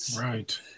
right